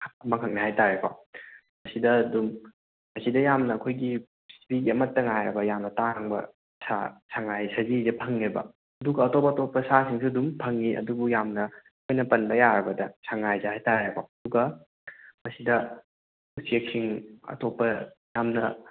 ꯑꯃ ꯈꯛꯅꯦ ꯍꯥꯏꯇꯥꯔꯦꯀꯣ ꯃꯁꯤꯗ ꯑꯗꯨꯝ ꯃꯁꯤꯗ ꯌꯥꯝꯅ ꯑꯩꯈꯣꯏꯒꯤ ꯄ꯭ꯔꯤꯊꯤꯕꯤꯒꯤ ꯑꯃꯇ ꯉꯥꯏꯔꯕ ꯌꯥꯝꯅ ꯇꯥꯡꯕ ꯁꯥ ꯁꯉꯥꯏ ꯁꯖꯤꯁꯦ ꯐꯪꯉꯦꯕ ꯑꯗꯨꯒ ꯑꯇꯣꯞ ꯑꯇꯣꯞꯄ ꯁꯥ ꯁꯤꯡꯁꯨ ꯑꯗꯨꯝ ꯐꯪꯉꯤ ꯑꯗꯨꯕꯨ ꯌꯥꯝꯅ ꯑꯩꯈꯣꯏꯅ ꯄꯟꯕ ꯌꯥꯔꯕꯗ ꯁꯪꯉꯥꯏꯁꯦ ꯍꯥꯏꯇꯥꯔꯦꯀꯣ ꯑꯗꯨꯒ ꯃꯁꯤꯗ ꯎꯆꯦꯛꯁꯤꯡ ꯑꯇꯣꯞꯄ ꯌꯥꯝꯅ